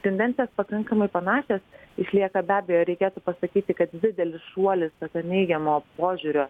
tendencijos pakankamai panašios išlieka be abejo reikėtų pasakyti kad didelis šuolis neigiamo požiūrio